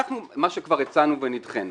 מה שכבר הצענו ונדחינו,